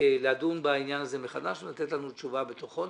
לדון בעניין הזה מחדש ולתת לנו תשובה בתוך חודש.